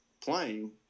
playing